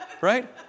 Right